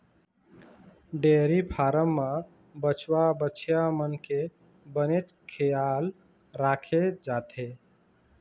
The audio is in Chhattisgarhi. डेयरी फारम म बछवा, बछिया मन के बनेच खियाल राखे जाथे